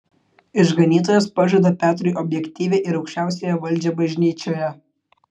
išganytojas pažada petrui objektyvią ir aukščiausiąją valdžią bažnyčioje